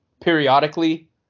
periodically